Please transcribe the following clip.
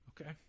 Okay